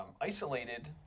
isolated